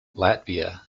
latvia